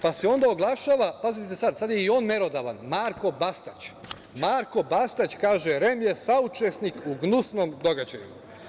Pa se onda oglašava, pazite sad, sad je i on merodavan, Marko Bastać, Marko Bastać kaže – REM je saučesnik u gnusnom događaju.